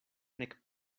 nek